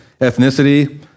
ethnicity